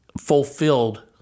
fulfilled